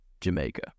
Jamaica